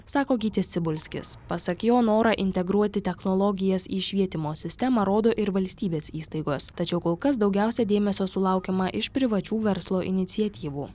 sako gytis cibulskis pasak jo norą integruoti technologijas į švietimo sistemą rodo ir valstybės įstaigos tačiau kol kas daugiausia dėmesio sulaukiama iš privačių verslo iniciatyvų